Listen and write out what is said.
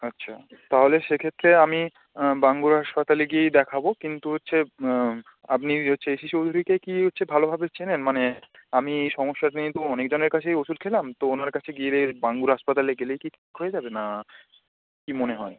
আচ্ছা তাহলে সেক্ষেত্রে আমি বাঙ্গুর হাসপাতালে গিয়েই দেখাব কিন্তু হচ্ছে আপনি যে হচ্ছে এস সি চৌধুরীকে কি হচ্ছে ভালো ভাবে চেনেন মানে আমি এই সমস্যাটা নিয়ে তো অনেক জনের কাছেই ওষুধ খেলাম তো ওনার কাছে গেলে বাঙ্গুর হাসপাতালে গেলেই কি ঠিক হয়ে যাবে না কী মনে হয়